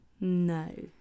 No